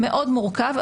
עוד מעט הושלם,